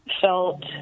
felt